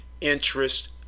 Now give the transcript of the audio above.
interest